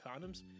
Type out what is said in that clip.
condoms